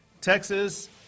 Texas